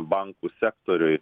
bankų sektoriui